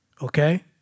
Okay